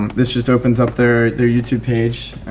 this just opens up their their youtube page